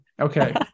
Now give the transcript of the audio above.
Okay